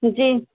जी